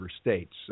states